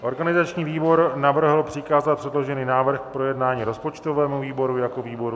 Organizační výbor navrhl přikázat předložený návrh k projednání rozpočtovému výboru jako výboru garančnímu.